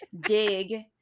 dig